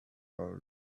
old